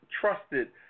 trusted